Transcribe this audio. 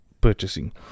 purchasing